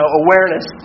awareness